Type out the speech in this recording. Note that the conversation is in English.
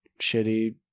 shitty